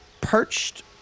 perched